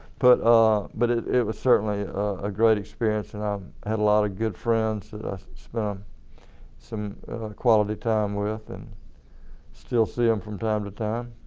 but ah but it it was certainly a great experience and i've had a lot of good friends that i spent some quality time with and still see them from time to time.